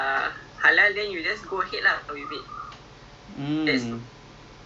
ya I think bagus lah kita sekarang err I would say the muslim world is getting very progressive lah